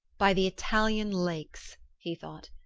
by the italian lakes. he thought,